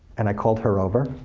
and i called her over,